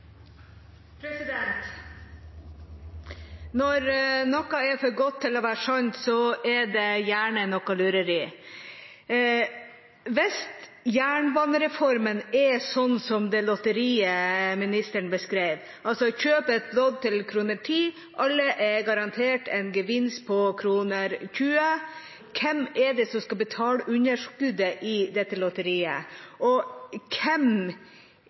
realitetsinnhold. Når noe er for godt til å være sant, er det gjerne noe lureri. Hvis jernbanereformen er sånn som det lotteriet ministeren beskrev – man kjøper et lodd til 10 kr, og alle er garantert en gevinst på 20 kr – hvem er det som skal betale underskuddet i dette lotteriet? Og hvem